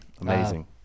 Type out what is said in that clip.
Amazing